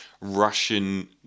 Russian